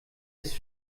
ist